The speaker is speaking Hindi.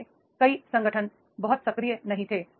पहले कई संगठन बहुत सक्रिय नहीं थे